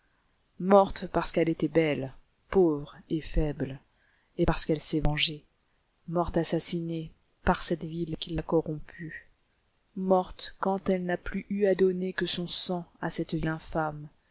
morte parce qu'elle était belle pauvre et faible et parce qu'elle s'est vengée morte assassinée par cette ville qui l'a corrompue morte quand elle n'a plus eu à donner que son sang à cette